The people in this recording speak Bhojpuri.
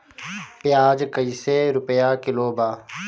प्याज कइसे रुपया किलो बा?